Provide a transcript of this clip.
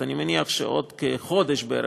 ולכן יש כאן בעיה,